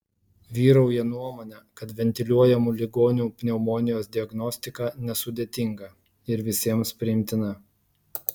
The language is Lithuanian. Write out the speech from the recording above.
vyrauja nuomonė kad ventiliuojamų ligonių pneumonijos diagnostika nesudėtinga ir visiems priimtina